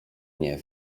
nie